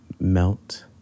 melt